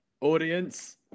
Audience